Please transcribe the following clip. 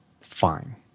Fine